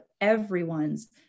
everyone's